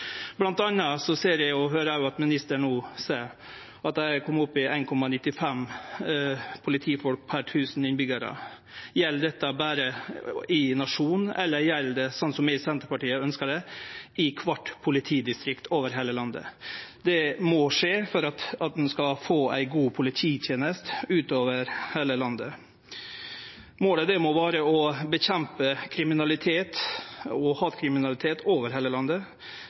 høyrer eg at ministeren no seier at dei har kome opp i 1,95 politifolk per 1 000 innbyggjarar. Gjeld dette berre i nasjonen, eller gjeld det – sånn som vi i Senterpartiet ønskjer det – i kvart politidistrikt over heile landet? Det må skje for at ein skal få ei god polititeneste utover heile landet. Målet må vere å kjempe mot kriminalitet og hatkriminalitet over heile landet.